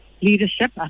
leadership